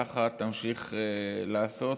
כך תמשיך לעשות.